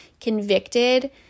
convicted